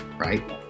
right